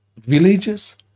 villages